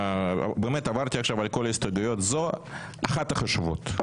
באמת עברתי עכשיו על כל ההסתייגויות זו אחת החשובות.